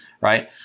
right